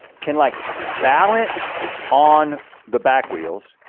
can like balance on the back wheels.